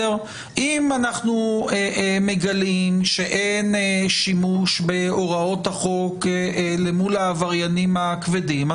אם אנחנו מגלים שאין שימוש בהוראות החוק למול העבריינים הכבדים,